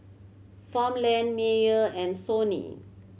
Farmland Mayer and Sony